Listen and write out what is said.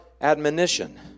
admonition